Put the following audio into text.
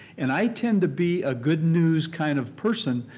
and i tend to be a good news kind of person.